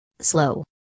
Slow